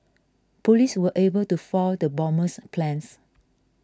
police were able to foil the bomber's plans